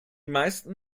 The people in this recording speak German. meisten